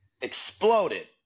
exploded